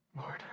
Lord